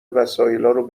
وسایلارو